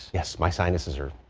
yes, my sinuses are.